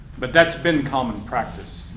but that's been common practice.